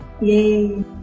Yay